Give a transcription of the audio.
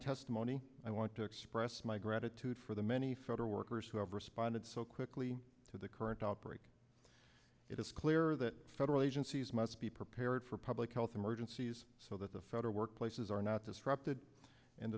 testimony i want to express my gratitude for the many federal workers who have responded so quickly to the current outbreak it is clear that federal agencies must be prepared for public health emergencies so that the federal work places are not disrupted and